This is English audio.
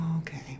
Okay